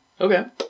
Okay